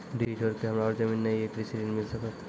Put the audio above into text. डीह छोर के हमरा और जमीन ने ये कृषि ऋण मिल सकत?